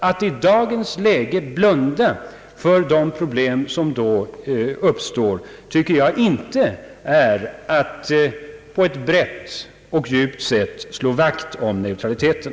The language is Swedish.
Att i dagens läge blunda för de problem, som då uppstår, tycker jag inte är att på ett brett och djupt sätt slå vakt om neutraliteten.